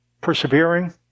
persevering